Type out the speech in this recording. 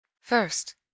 First